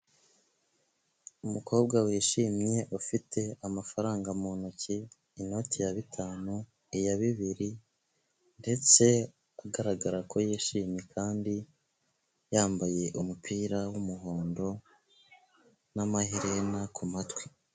Umukobwa wishimye ufite amafaranga mu ntoki, inoti ya bitanu, iya bibiri ndetse agaragara ko yishimye kandi yambaye umupira w'umuhondo n'amaherena ku matwi.